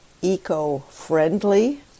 eco-friendly